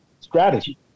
strategy